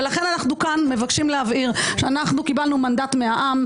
ולכן אנחנו כאן מבקשים להבהיר שאנחנו קיבלנו מנדט מהעם,